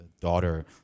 daughter